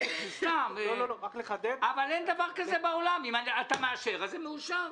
אם אתה מאשר זה מאושר.